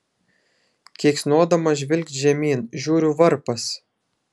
keiksnodamas žvilgt žemyn žiūriu varpas